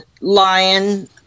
lion